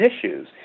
issues